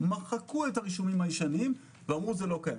מחקו את הרישומים הישנים ואמרו: זה לא קיים.